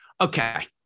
Okay